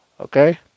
Okay